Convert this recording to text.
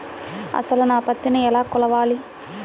అసలు నా పత్తిని ఎలా కొలవాలి?